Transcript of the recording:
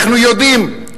אנחנו יודעים,